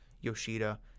Yoshida